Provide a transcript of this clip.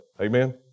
Amen